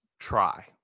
try